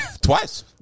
Twice